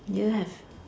do you have